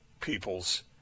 people's